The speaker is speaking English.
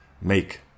Make